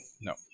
No